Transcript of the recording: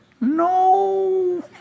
no